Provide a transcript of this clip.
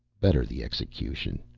better the execution,